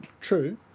True